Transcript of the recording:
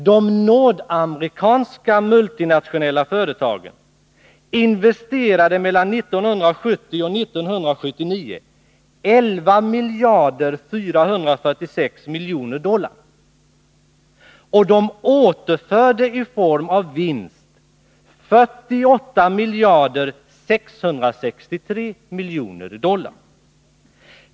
De nordamerikanska multinationella företagen investerade mellan åren 1970 och 1979 11 miljarder 446 miljoner dollar, och de återförde i form av vinst 48 miljarder 663 miljoner dollar.